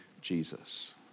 Jesus